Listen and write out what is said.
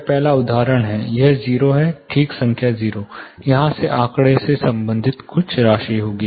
यह पहला उदाहरण है यह 0 है ठीक संख्या 0 यहां से इस आंकड़े से संबंधित कुछ राशि होगी